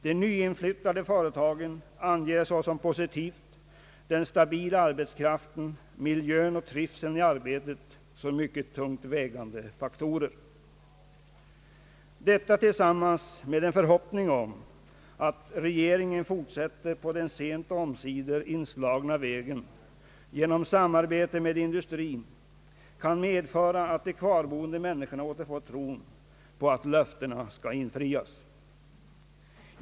De nyinflyttade företagen anger den stabila arbetskraften, miljön och trivseln i arbetet som mycket tungt vägande positiva faktorer. Detta tillsammans med en fortsättning på den av regeringen sent omsider inslagna vägen, samarbete med industrin, kan medföra att de kvarboende människorna återfår tron på att löftena skall infrias.